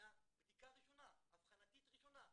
אלא בדיקה אבחנתית ראשונה.